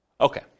Okay